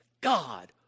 God